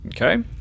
Okay